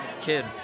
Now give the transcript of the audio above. kid